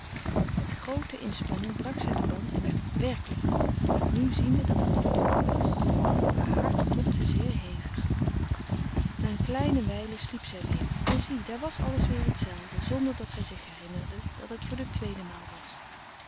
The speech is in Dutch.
met groote inspanning brak zij den ban en werd werkelijk wakker nu ziende dat het nog donker was haar hart klopte zeer hevig na een kleine wijle sliep zij weer en zie daar was alles weer hetzelfde zonder dat zij zich herinnerde dat het voor de tweede maal was